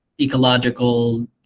ecological